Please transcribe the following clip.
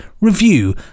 review